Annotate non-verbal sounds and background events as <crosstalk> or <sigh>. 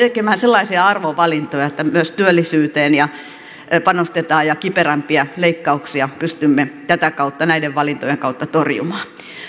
<unintelligible> tekemään sellaisia arvovalintoja että myös työllisyyteen panostetaan ja kiperämpiä leikkauksia pystymme tätä kautta näiden valintojen kautta torjumaan